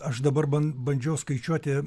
aš dabar ban bandžiau skaičiuoti